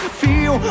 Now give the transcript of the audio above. feel